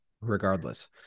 regardless